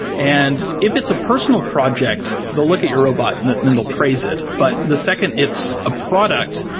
and if it's a personal project, they'll look at your robot and then they'll praise it, but the second it's a product,